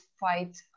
fight